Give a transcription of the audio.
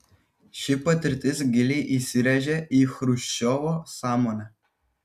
ši patirtis giliai įsirėžė į chruščiovo sąmonę